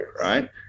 right